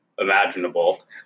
imaginable